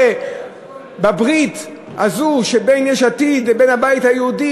מחר בברית הזו שבין יש עתיד לבין הבית היהודי,